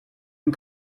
and